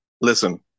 Listen